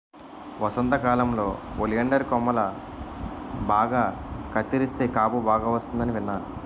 వసంతకాలంలో ఒలియండర్ కొమ్మలు బాగా కత్తిరిస్తే కాపు బాగా వస్తుందని విన్నాను